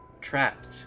trapped